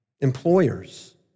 Employers